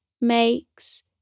makes